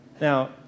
Now